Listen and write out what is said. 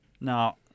Now